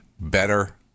better